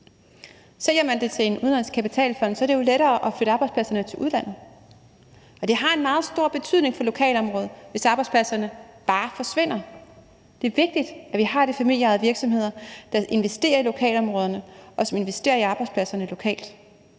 er det jo lettere at flytte arbejdspladserne til udlandet. Og det har en meget stor betydning for lokalområdet, hvis arbejdspladserne bare forsvinder. Det er vigtigt, at vi har de familieejede virksomheder, der investerer i lokalområderne, og som investerer i arbejdspladserne lokalt.